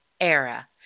era